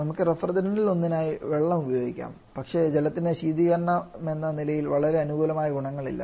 നമുക്ക് റഫ്രിജറന്റുകളിലൊന്നായി വെള്ളം ഉപയോഗിക്കാം പക്ഷേ ജലത്തിന് ശീതീകരണമെന്ന നിലയിൽ വളരെ അനുകൂലമായ ഗുണങ്ങൾ ഇല്ല